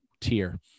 tier